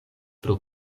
por